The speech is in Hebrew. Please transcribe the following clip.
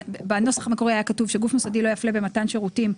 במתן שירותים,